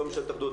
לא ממשלת אחדות.